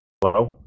Hello